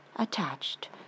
attached